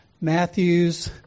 Matthew's